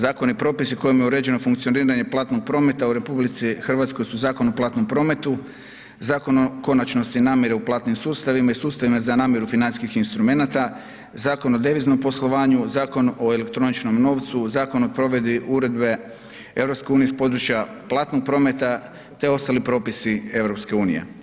Zakoni i propisi kojima je uređeno funkcioniranje platnog prometa u RH su Zakon o platnom prometu, Zakon o konačnosti namjere u platnim sustavima i sustavima za namjeru financijskih instrumenata, Zakon o deviznom poslovanju, Zakon o elektroničkom novcu, Zakon o provedbi uredbe EU iz područja platnog prometa te ostali propisi EU.